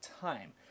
time